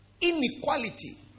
inequality